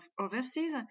overseas